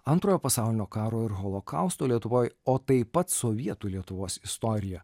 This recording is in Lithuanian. antrojo pasaulinio karo ir holokausto lietuvoj o taip pat sovietų lietuvos istoriją